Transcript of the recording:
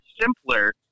simpler